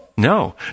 No